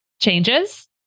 changes